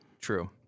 True